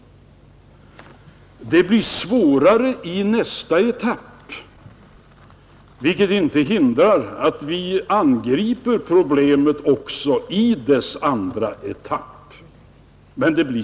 Det blir svårare i nästa etapp, vilket inte hindrar att vi angriper problemet också i dess andra etapp.